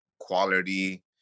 quality